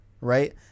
right